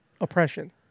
oppression